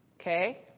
okay